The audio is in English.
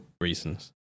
reasons